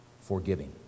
forgiving